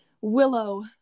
willow